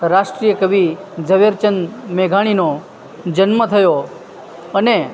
રાષ્ટ્રીય કવિ ઝવેરચંદ મેઘાણીનો જન્મ થયો અને